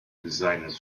designers